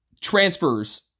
transfers